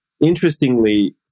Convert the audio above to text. interestingly